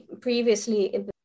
previously